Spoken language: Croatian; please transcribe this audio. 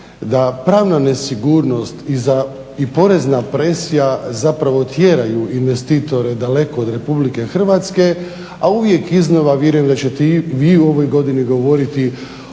da pravna nesigurnost i porezna presija zapravo tjeraju investitore daleko od RH, a uvijek iznova vjerujem da ćete i vi u ovoj godini govoriti